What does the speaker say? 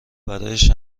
برایش